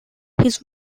his